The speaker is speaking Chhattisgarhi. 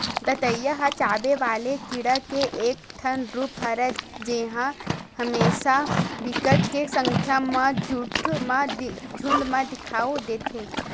दतइया ह चाबे वाले कीरा के एक ठन रुप हरय जेहा हमेसा बिकट के संख्या म झुंठ म दिखउल देथे